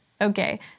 Okay